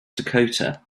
dakota